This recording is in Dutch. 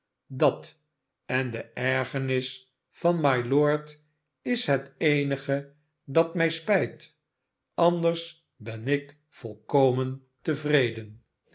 dat en de ergernia van mylord is het eenige dat mij spijt anders ben ik volkomen tevreden